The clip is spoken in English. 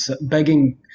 begging